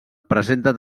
presenta